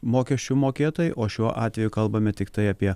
mokesčių mokėtojai o šiuo atveju kalbame tiktai apie